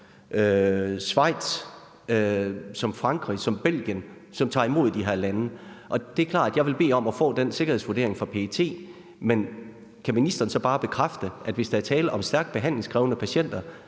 Schweiz, Frankrig, Belgien, som tager imod de her patienter. Det er klart, at jeg vil bede om at få den her sikkerhedsvurdering fra PET. Men kan ministeren så bare bekræfte, at hvis der er tale om stærkt behandlingskrævende patienter,